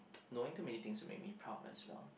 knowing too many things will make proud as well